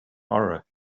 horror